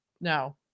no